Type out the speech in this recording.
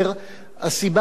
הסיבה היא שפשוט